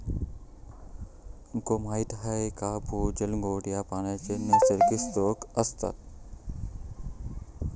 तुमका माहीत हा काय भूजल गोड्या पानाचो नैसर्गिक स्त्रोत असा